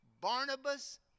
Barnabas